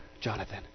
Jonathan